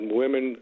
women